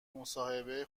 مصاحبه